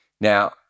Now